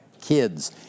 kids